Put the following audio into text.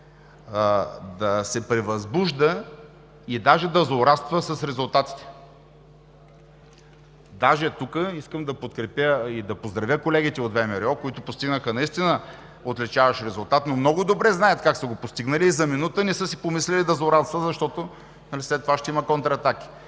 да се превъзбужда и дори да злорадства с резултатите. Искам тук да подкрепя и да поздравя колегите от ВМРО, които постигнаха наистина отличаващ резултат, но много добре знаят как са го постигнали и за минута не са си помислили да злорадстват, защото след това ще има контраатаки.